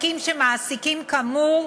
עסקים שמעסיקים, כאמור,